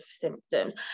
symptoms